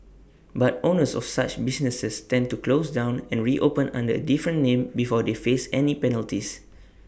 but owners of such businesses tend to close down and reopen under A different name before they face any penalties